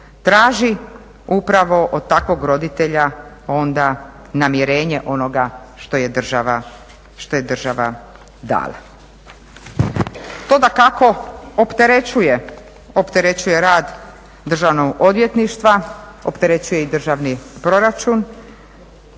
traži upravo od takvog roditelja onda namirenje onoga što je država dala. To dakako opterećuje rad Državnog odvjetništva, opterećuje i Državni proračun,